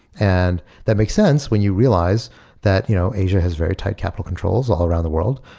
and that makes sense when you realize that you know asia has very tight capital controls all around the world.